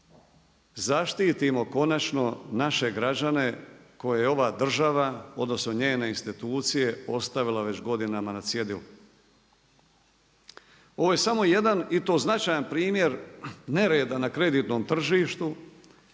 zaštitimo konačno naše građane koje je ova država odnosno njene institucije ostavile već godinama na cjedilu. Ovo je samo jedan i to značajan primjer nereda na kreditnom tržištu,